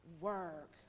work